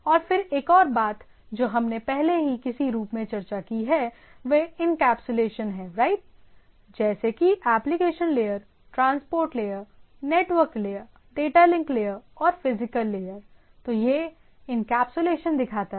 और फिर एक और बात जो हमने पहले ही किसी रूप में चर्चा की है वह एनकैप्सुलेशन है राइट जैसे कि application layer transport layer network layer data link layer और फिजिकल लेयर तो यह एनकैप्सूलेशन दिखाता है